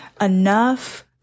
enough